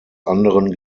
anderen